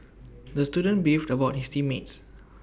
the student beefed about his team mates